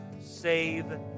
Save